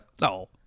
no